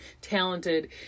talented